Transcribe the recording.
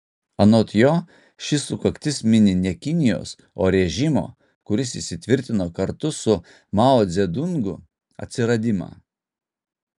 anot jo ši sukaktis mini ne kinijos o režimo kuris įsitvirtino kartu su mao dzedungu atsiradimą